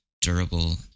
durable